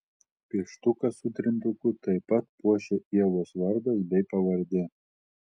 pieštuką su trintuku taip pat puošia ievos vardas bei pavardė